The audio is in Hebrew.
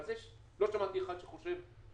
על זה לא שמעתי אחד שחושב אחרת.